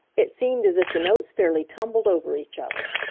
it seemed as if the notes fairly tumbled over each other.